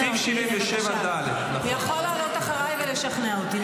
סעיף 77 --- הוא יכול לעלות אחריי ולשכנע אותי.